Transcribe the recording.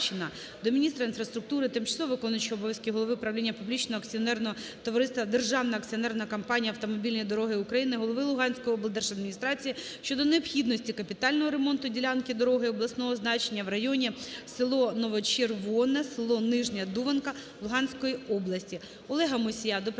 до міністра інфраструктури, тимчасово виконуючому обов'язки голови Правління публічного акціонерного товариства "Державна акціонерна компанія "Автомобільні дороги України", голови Луганської облдержадміністрації щодо необхідності капітального ремонту ділянки дороги обласного значення в районі село Новочервоне - село Нижня Дуванка Луганської області. Олега Мусія до